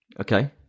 Okay